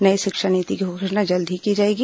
नई शिक्षा नीति की घोषणा जल्द ही की जाएगी